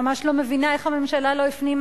אני ממש לא מבינה איך הממשלה לא הפנימה